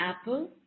apple